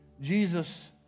Jesus